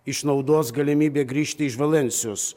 išnaudos galimybę grįžti iš valensijos